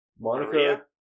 Monica